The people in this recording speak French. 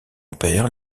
père